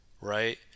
right